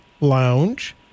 Lounge